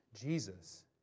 Jesus